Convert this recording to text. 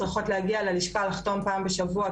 צריכות להגיע ללשכה לחתום פעם בשבוע,